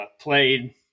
Played